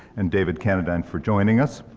and david cannadine for joining us.